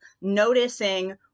noticing